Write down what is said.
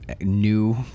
new